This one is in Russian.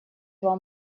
два